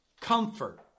comfort